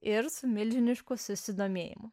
ir su milžinišku susidomėjimu